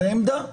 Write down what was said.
זאת עמדה.